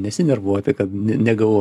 nesinervuoti kad ne negavau